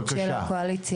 בבקשה.